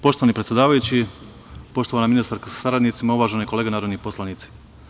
Poštovani predsedavajući, poštovana ministarko sa saradnicima, uvažene kolege narodni poslanici.